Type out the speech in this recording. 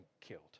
killed